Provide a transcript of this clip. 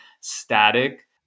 static